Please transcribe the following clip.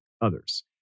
others